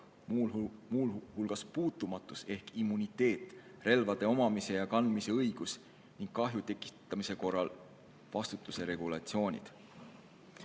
muu hulgas puutumatus ehk immuniteet, relvade omamise ja kandmise õigus ning kahju tekitamise korral vastutuse regulatsioonid.